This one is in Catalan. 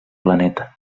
planeta